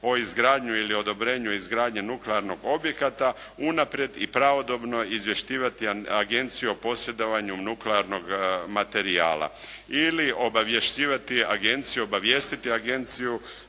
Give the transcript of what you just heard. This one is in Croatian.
o izgradnji ili odobrenju izgradnje nuklearnog objekata, unaprijed i pravodobno izvješćivati agenciju o posjedovanju nuklearnog materijala ili obavješćivati agenciju, obavijestiti agenciju